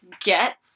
get